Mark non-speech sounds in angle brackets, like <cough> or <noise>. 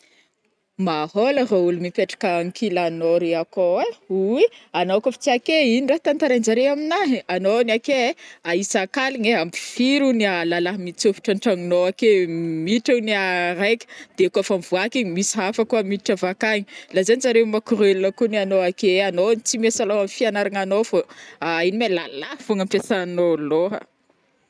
Mahôla rô ôlo mipetraka ankilanô re akô ai, oui anô koa fa tsy ake ino rah tantarainjare aminahy? Anô ono ake ai isankaligna am firy hony lalahy mitsofotra antranonao akeo <hesitation> miditra ony araiky de kô fa mivoaka igny misy hafa koa miditra avakagny lazainjare makorel kony anô ake ai, anô hony tsy miasa lôha am fiagnaranao fô <hesitation> ino ma lalahy fogna ampiasanô lôha.